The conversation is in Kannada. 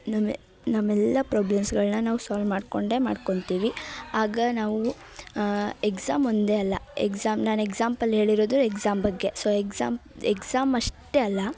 ನಮ್ಮ ನಮ್ಮೆಲ್ಲ ಪ್ರಾಬ್ಲಮ್ಸ್ಗಳನ್ನು ನಾವು ಸಾಲ್ವ್ ಮಾಡ್ಕೊಂಡೆ ಮಾಡ್ಕೊತೀವಿ ಆಗ ನಾವು ಎಕ್ಸಾಮ್ ಒಂದೇ ಅಲ್ಲ ಎಕ್ಸಾಮ್ ನಾನು ಎಕ್ಸಾಂಪಲ್ ಹೇಳಿರೋದು ಎಕ್ಸಾಮ್ ಬಗ್ಗೆ ಸೊ ಎಕ್ಸಾಮ್ ಎಕ್ಸಾಮ್ ಅಷ್ಟೆ ಅಲ್ಲ